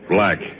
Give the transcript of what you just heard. Black